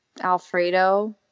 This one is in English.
alfredo